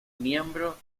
miembro